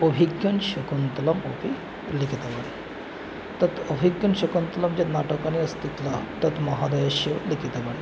अभिज्ञानशाकुन्तलम् अपि लिखितवान् तत् अभिज्ञाशाकुन्तलंं यत् नाटकानि अस्ति किल तत् महादयस्य लिखितवान्